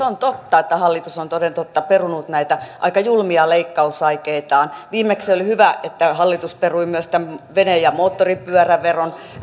on totta että hallitus on toden totta perunut näitä aika julmia leikkausaikeitaan viimeksi oli hyvä että hallitus perui myös vene ja moottoripyöräveron